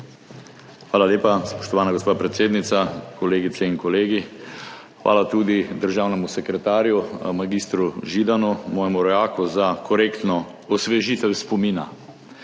Hvala lepa, spoštovana gospa predsednica. Kolegice in kolegi! Hvala tudi državnemu sekretarju mag. Židanu, mojemu rojaku, za korektno osvežitev spomina.